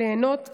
ליהנות,